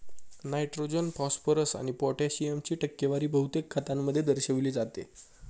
nitrogen, phosphorus आणि पोटॅशियमची टक्केवारी बहुतेक खतांमध्ये दर्शविली जाते